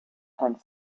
and